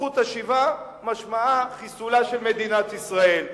שזכות השיבה משמעה חיסולה של מדינת ישראל.